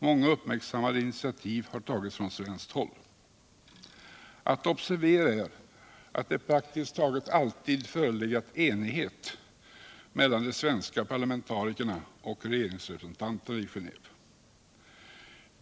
Många uppmirksammade iniviativ har tagits från svenskt häll. Att observera är att det praktiskt taget alltid förelegat enighet mellan de svenska parlamentarikerna och regeringsrepresentanterna I Genéve.